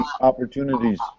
opportunities